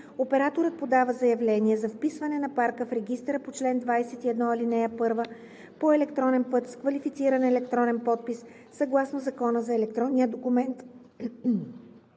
операторът подава заявление за вписване на парка в регистъра по чл. 21, ал. 1 по електронен път с квалифициран електронен подпис съгласно Закона за електронния документ